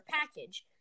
package